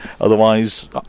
Otherwise